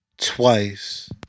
twice